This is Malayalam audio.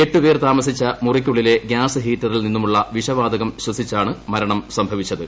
എട്ട് പേർ താമസിച്ച മുറിക്കുള്ളിലെ ഗ്യാസ് ഹീറ്ററിൽ നിന്നുമുള്ള വിഷവാതകം ശ്വസിച്ചാണ് മരണം സംഭവിച്ചത്